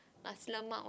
Nasi-Lemak one